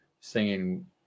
singing